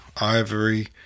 ivory